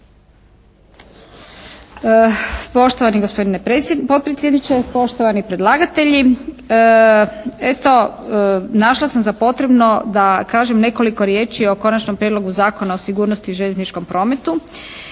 Poštovani gospodine potpredsjedniče, poštovani predlagatelji. Eto našla sam za potrebno da kažem nekoliko riječi o Konačnom prijedlogu zakona o sigurnosti u željezničkom prometu